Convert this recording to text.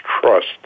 trust